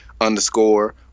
underscore